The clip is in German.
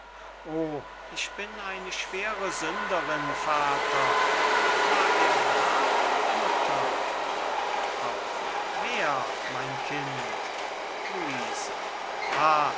o ich bin eine schwere sünderin vater war er da mutter frau wer mein kind luise ah